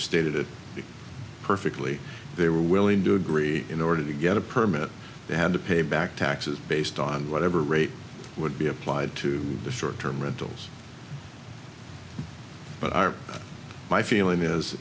stated it perfectly they were willing to agree in order to get a permit they had to pay back taxes based on whatever rate would be applied to the short term rentals but our my feeling is